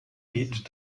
geht